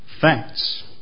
facts